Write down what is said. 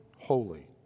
holy